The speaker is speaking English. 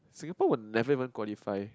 Singapore will never even qualify